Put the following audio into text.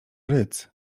rydz